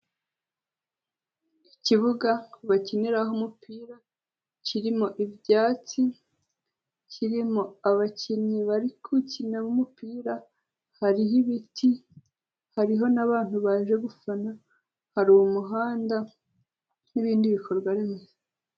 Ikibuga bakiniraho umupira, kirimo ibyatsi, kirimo abakinnyi bari gukina umupira, hariho ibiti, hariho n'abantu baje gufana, hari umuhanda n'ibindi bikorwa bimwe.